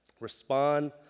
Respond